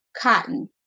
Cotton